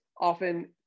often